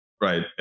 right